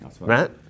Matt